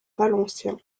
valencien